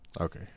Okay